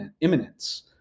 imminence